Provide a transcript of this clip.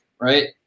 right